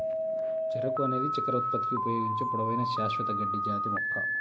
చెరకు అనేది చక్కెర ఉత్పత్తికి ఉపయోగించే పొడవైన, శాశ్వత గడ్డి జాతి మొక్క